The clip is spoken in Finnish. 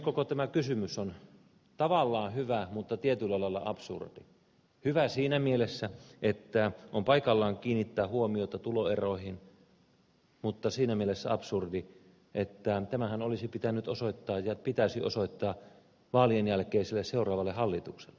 koko tämä kysymys on tavallaan hyvä mutta tietyllä lailla absurdi hyvä siinä mielessä että on paikallaan kiinnittää huomiota tuloeroihin mutta siinä mielessä absurdi että tämähän olisi pitänyt ja pitäisi osoittaa vaalien jälkeiselle seuraavalle hallitukselle